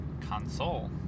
Console